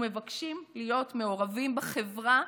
ומבקשים להיות מעורבים בחברה,